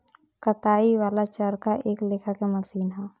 कताई वाला चरखा एक लेखा के मशीन ह